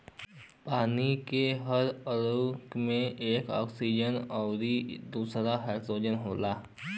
पानी के हर अणु में एक ऑक्सीजन आउर दूसर हाईड्रोजन होला